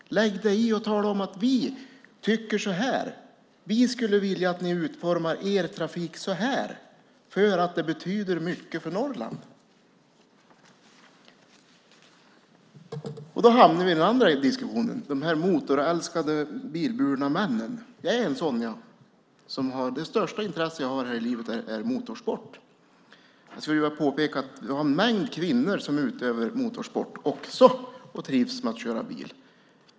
Lägg dig i och tala om att vi tycker så här! Vi skulle vilja att ni utformar er trafik så här, för det betyder mycket för Norrland. Då hamnar vi i den andra diskussionen - de motorälskande bilburna männen. Jag är en sådan. Det största intresse jag har här i livet är motorsport. Jag vill påpeka att vi har en mängd kvinnor som också utövar motorsport och trivs med att köra bil.